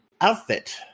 outfit